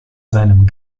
seinem